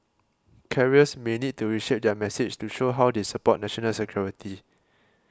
carriers may need to reshape their message to show how they support national security